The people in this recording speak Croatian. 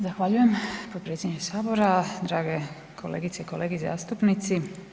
Zahvaljujem potpredsjedniče sabora, drage kolegice i kolege zastupnici.